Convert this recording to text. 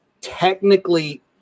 technically